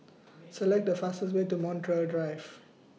Select The fastest Way to Montreal Drive